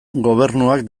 gobernuak